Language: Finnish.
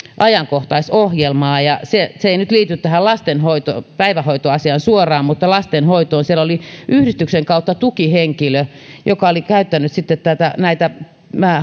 ajankohtaisohjelmaa ja se se ei nyt liity tähän päivähoitoasiaan suoraan mutta lastenhoitoon siellä oli yhdistyksen kautta tukihenkilö joka oli sitten käyttänyt näitä